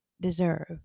deserve